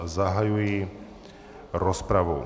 Zahajuji rozpravu.